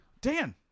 Dan